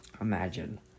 Imagine